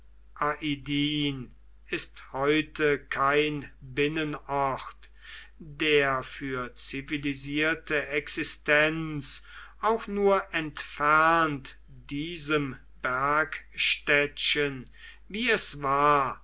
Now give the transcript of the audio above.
ist heute kein binnenort der für zivilisierte existenz auch nur entfernt diesem bergstädtchen wie es war